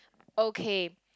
okay